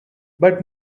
but